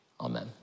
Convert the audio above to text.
Amen